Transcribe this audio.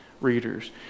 readers